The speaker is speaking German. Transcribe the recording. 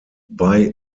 bei